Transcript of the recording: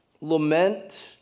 Lament